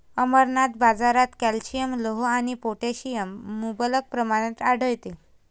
अमरनाथ, बाजारात कॅल्शियम, लोह आणि पोटॅशियम मुबलक प्रमाणात आढळते